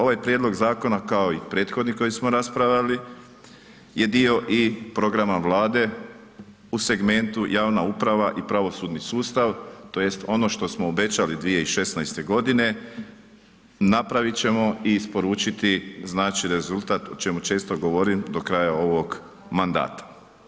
Ovaj prijedlog zakona kao i prethodni koji smo raspravljali je dio i programa Vlade u segmentu javna uprava i pravosudni sustav tj. ono što smo obećali 2016. godine napravit ćemo i isporučiti znači rezultat o čemu često govorim do kraja ovog mandata.